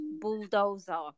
Bulldozer